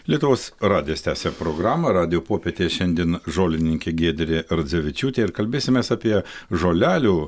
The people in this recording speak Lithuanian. lietuvos radijas tęsia programą radijo popietėje šiandien žolininkė giedrė radzevičiūtė ir kalbėsimės apie žolelių